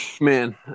Man